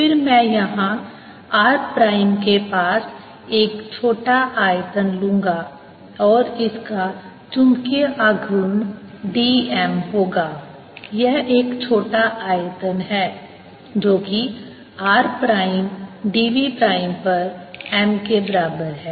फिर मैं यहाँ r प्राइम के पास एक छोटा आयतन लूंगा और इसका चुंबकीय आघूर्ण dm होगा यह एक छोटा आयतन है जो कि r prime d v prime पर M के बराबर है